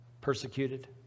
Persecuted